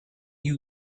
you